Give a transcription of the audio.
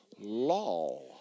law